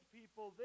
people